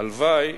הלוואי